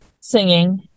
Singing